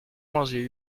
mangé